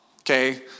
okay